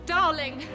Darling